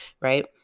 right